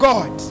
God